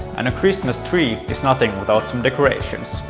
and a christmas tree is nothing without some decorations.